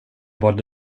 bad